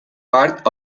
part